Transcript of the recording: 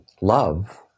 love